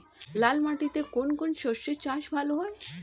লাল মাটিতে কোন কোন শস্যের চাষ ভালো হয়?